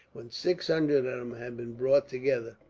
when six hundred of them had been brought together,